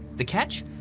the catch?